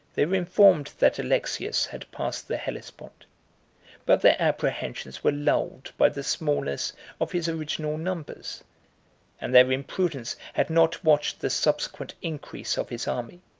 they were informed that alexius had passed the hellespont but their apprehensions were lulled by the smallness of his original numbers and their imprudence had not watched the subsequent increase of his army.